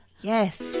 Yes